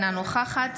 אינה נוכחת